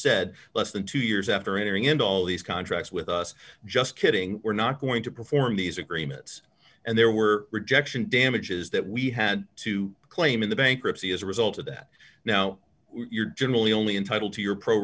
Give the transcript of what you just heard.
said less than two years after entering into all these contracts with us just kidding we're not going to perform these agreements and there were rejection damages that we had to claim in the bankruptcy as a result of that now you're generally only entitled to your pro